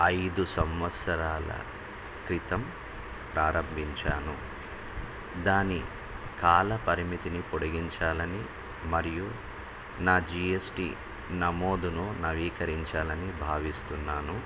ఐదు సంవత్సరాల క్రితం ప్రారంభించాను దాని కాల పరిమితిని పొడిగించాలని మరియు నా జి ఎస్ టి నమోదును నవీకరించాలని భావిస్తున్నాను